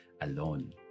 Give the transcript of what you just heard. alone